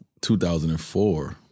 2004